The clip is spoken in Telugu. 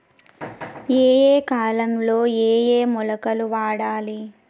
ఏయే కాలంలో ఏయే మొలకలు వాడాలి?